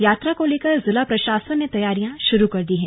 यात्रा को लेकर जिला प्रशासन ने तैयारी शुरू कर दी है